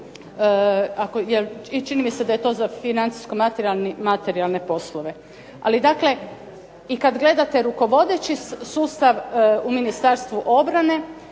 i čini mi se da je to za financijsko-materijalne poslove. Ali dakle i kad gledate rukovodeći sustav u Ministarstvu obrane